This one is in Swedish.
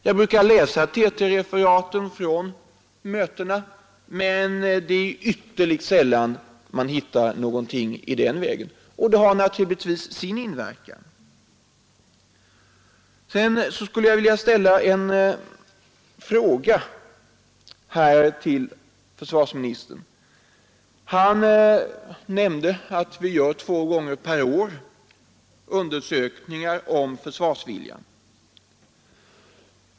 Jag brukar läsa TT-referaten från mötena, men man hittar ytterligt sällan någonting i den vägen. Och detta har naturligtvis sin inverkan. Sedan skulle jag vilja ställa en fråga till försvarsministern. Han nämnde att vi två gånger per år gör undersökningar om försvarsviljan.